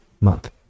month